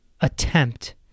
attempt